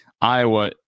iowa